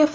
F